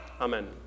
Amen